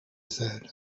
said